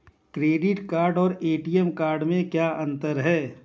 Credit card और ATM card में क्या अंतर है?